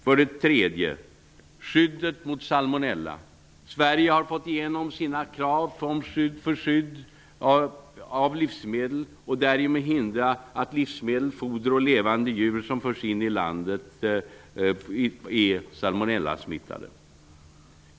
När det gäller skyddet mot salmonella har Sverige fått igenom sina krav på skydd av livsmedel för att därmed förhindra att livsmedel, foder och levande djur förs in i landet är salmonellasmittade.